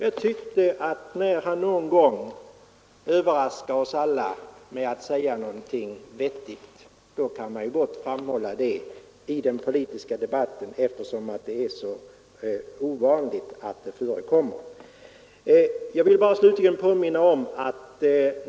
När Iveroth någon enstaka gång överraskar oss med att säga någonting vettigt i den politiska debatten, kan man gott få framhålla det, eftersom det är så ovanligt.